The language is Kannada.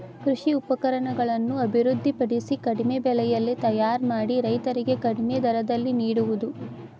ಕೃಷಿ ಉಪಕರಣಗಳನ್ನು ಅಭಿವೃದ್ಧಿ ಪಡಿಸಿ ಕಡಿಮೆ ಬೆಲೆಯಲ್ಲಿ ತಯಾರ ಮಾಡಿ ರೈತರಿಗೆ ಕಡಿಮೆ ದರದಲ್ಲಿ ನಿಡುವುದು